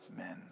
amen